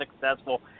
successful